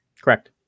Correct